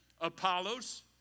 Apollos